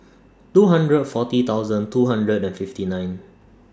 two hundred and forty thousand two hundred and fifty nine